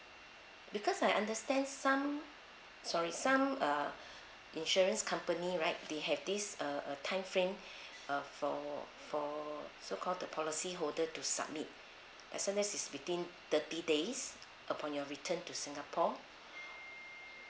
because I understand some sorry some err insurance company right they have this uh a time frame uh for for so called the policy holder to submit as soon as within thirty days upon your return to singapore